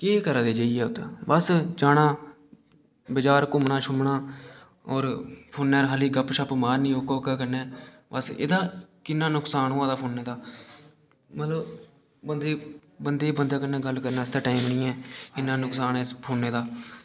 केह् करा दे जाइयै उत्थै बस्स जाना बजार घूमना शूमना होर फोने 'र खाल्ली गप्प छप्प मारनी ओह्के ओह्के कन्नै बस्स एह्दा किन्ना नुकसान होआ दा फोनै दा मतलब बन्दे दी बन्दे गी बंदे कन्नै गल्ल करने आस्तै टाइम नि ऐ किन्ना नुकसान ऐ इस फोने दा